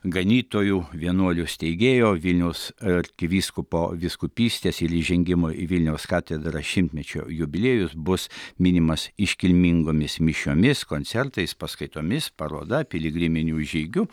ganytojų vienuolių steigėjo vilniaus arkivyskupo vyskupystės ir įžengimo į vilniaus katedrą šimtmečio jubiliejus bus minimas iškilmingomis mišiomis koncertais paskaitomis paroda piligriminiu žygiu